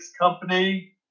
company